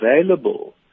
available